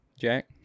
Jack